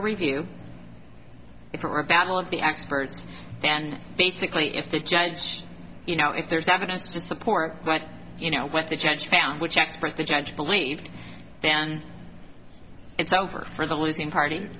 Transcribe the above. review if it were a battle of the experts then basically if the judge you know if there's evidence to support what you know what the judge found which expert the judge believed then it's over for the listening party